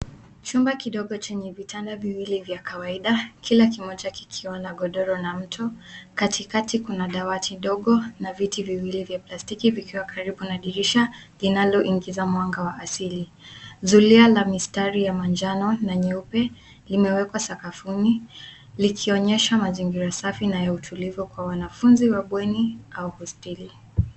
Chumba kidogo chenye vitanda viwili vya kawaida kila kimoja kikiwa na godoro la mtu, katikati kuna dawati dogo na viti viwili vya plastiki vikiwa karibu na dirisha linaloingiza mwanga wa asili. Zulia la mistari ya manjano na nyeupe limewekwa saakafuni likionyesha mazingira safi na ya utulivu kwa wanafunzi wa bweni au wa hosteli.